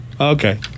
Okay